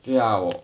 对啊我